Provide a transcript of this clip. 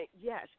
Yes